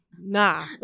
nah